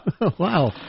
Wow